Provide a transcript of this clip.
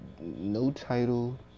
no-title